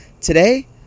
today